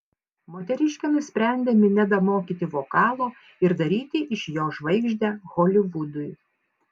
moteriškė nusprendė minedą mokyti vokalo ir daryti iš jo žvaigždę holivudui